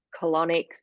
colonics